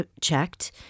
checked